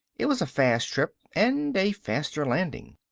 it was a fast trip and a faster landing.